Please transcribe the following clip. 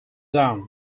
down